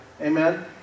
Amen